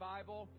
Bible